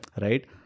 Right